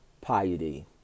piety